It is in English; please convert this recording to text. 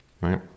right